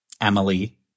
Emily